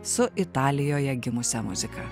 su italijoje gimusia muzika